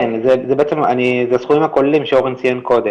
כן, זה הסכומים הכוללים שאורן ציין קודם.